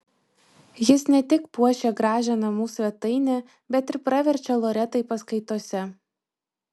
jis ne tik puošia gražią namų svetainę bet ir praverčia loretai paskaitose